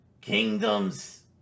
Kingdoms